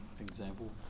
example